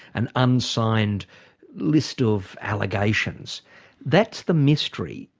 an unsigned list of allegations that's the mystery.